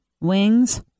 wings